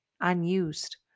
unused